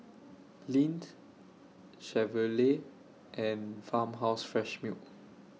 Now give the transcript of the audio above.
Lindt Chevrolet and Farmhouse Fresh Milk